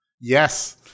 yes